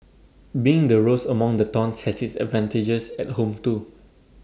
being the rose among the thorns has its advantages at home too